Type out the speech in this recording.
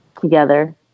together